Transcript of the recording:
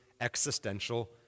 existential